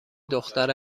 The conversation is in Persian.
دختر